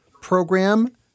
program